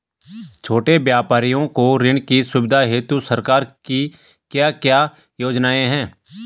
छोटे व्यापारियों को ऋण की सुविधा हेतु सरकार की क्या क्या योजनाएँ हैं?